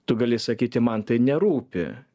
tu gali sakyti man tai nerūpi